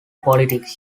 politics